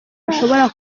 ashobora